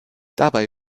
dabei